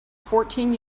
fourteen